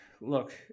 look